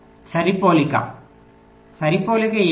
సరిపోలిక సరిపోలిక ఏమిటి